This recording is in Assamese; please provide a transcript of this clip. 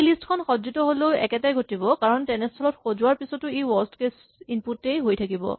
এই লিষ্ট খন সজ্জিত হ'লেও একেটাই ঘটিব কাৰণ তেনেস্হলত সজোৱাৰ পিছতো ই ৱৰ্স্ট কেচ ইনপুট এই হৈ থাকিব